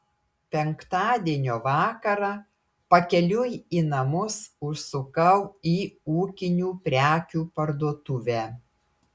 penktadienio vakarą pakeliui į namus užsukau į ūkinių prekių parduotuvę